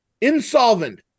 insolvent